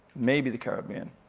maybe the caribbean,